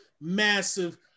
massive